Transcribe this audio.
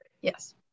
Yes